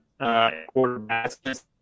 quarterbacks